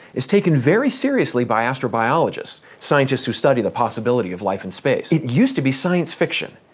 is taken very seriously by astrobiologists, scientists who study the possibility of life in space. it used to be science fiction.